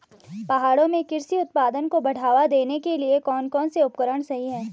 पहाड़ों में कृषि उत्पादन को बढ़ावा देने के लिए कौन कौन से उपकरण सही हैं?